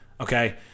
okay